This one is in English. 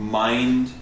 mind